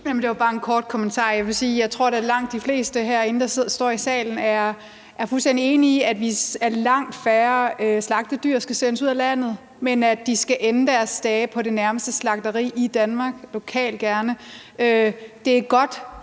Det er bare en kort kommentar. Jeg tror da, at langt de fleste herinde i salen er fuldstændig enige i, at langt færre slagtedyr skal sendes ud af landet, men at de skal ende deres dage på det nærmeste slagteri i Danmark, gerne lokalt. Det er godt.